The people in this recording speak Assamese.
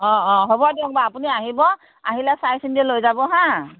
অ অ হ'ব দিয়ক বাৰু আপুনি আহিব আহিলে চাই চিন্তি লৈ যাব হা